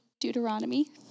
Deuteronomy